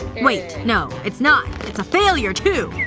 wait. no, it's not. it's a failure too.